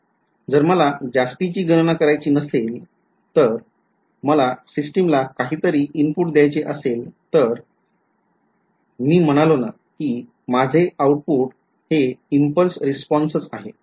जर मला जास्तीची गणना करायची नसेल तर मला सिस्टिमला काहीतरी इनपुट द्यायचे असेल तर मी म्हणालो ना कि माझे आउटपुट हे इम्पल्स रेस्पॉन्सच आहे ते